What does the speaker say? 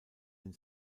den